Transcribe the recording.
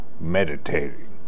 meditating